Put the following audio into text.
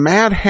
Mad